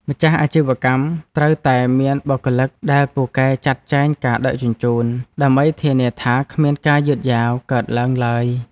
ម្ចាស់អាជីវកម្មត្រូវតែមានបុគ្គលិកដែលពូកែចាត់ចែងការដឹកជញ្ជូន ដើម្បីធានាថាគ្មានការយឺតយ៉ាវកើតឡើងឡើយ។